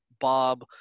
Bob